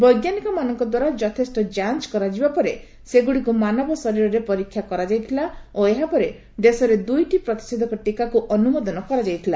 ବୈଜ୍ଞାନିକମାନଙ୍କ ଦ୍ୱାରା ଯଥେଷ୍ଟ ଯାଞ୍ଚ୍ କରାଯିବା ପରେ ସେଗୁଡ଼ିକୁ ମାନବ ଶରୀରରେ ପରୀକ୍ଷା କରାଯାଇଥିଲା ଓ ଏହାପରେ ଦେଶରେ ଦୁଇଟି ପ୍ରତିଷେଧକ ଟିକାକୁ ଅନୁମୋଦନ କରାଯାଇଥିଲା